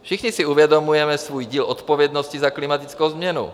Všichni si uvědomujeme svůj díl odpovědnosti za klimatickou změnu.